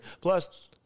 Plus